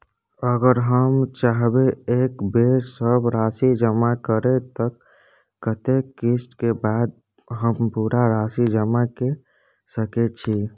अगर हम चाहबे एक बेर सब राशि जमा करे त कत्ते किस्त के बाद हम पूरा राशि जमा के सके छि?